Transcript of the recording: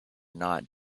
not